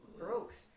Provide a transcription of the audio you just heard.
gross